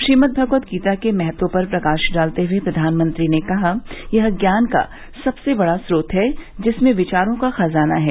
श्रीमद्भगवदगीता के महत्व पर प्रकाश डालते हुए प्रधानमंत्री ने कहा यह ज्ञान का सबसे बड़ा स्रोत है जिसमें विचारों का खजाना है